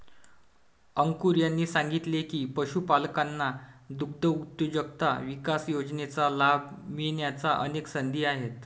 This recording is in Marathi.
अंकुर यांनी सांगितले की, पशुपालकांना दुग्धउद्योजकता विकास योजनेचा लाभ मिळण्याच्या अनेक संधी आहेत